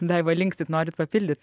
daiva linksit norit papildyt